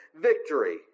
victory